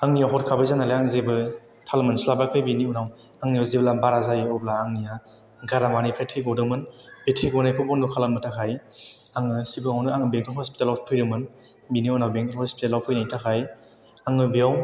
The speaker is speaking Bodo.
आंनि हरखाबै जानायलाय आं जेबो थाल मोनस्लाबाखै बेनि उनाव आंनियाव जेब्ला बारा जायो अब्ला आंनिया गारामानिफ्राय थै गदोंमोन बे थै गनायखौ बन्द' खालामनो थाखाय आङो सिगाङावनो आङो बेंटल हस्पितालाव फैदोंमोन बिनि उनाव बेंटल हस्पितालाव फैनायनि थाखाय आङो बेयाव